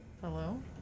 Hello